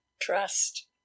Trust